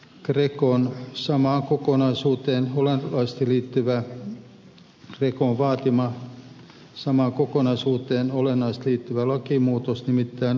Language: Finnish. riekko on samaan kokonaisuuteen tehtävä toinen grecon vaatima samaan kokonaisuuteen olennaisesti liittyvä lakimuutos nimittäin lahjusrikoslainsäädännön uudistaminen